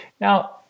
Now